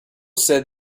said